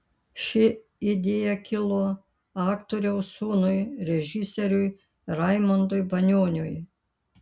ši idėja kilo aktoriaus sūnui režisieriui raimundui banioniui